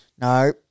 No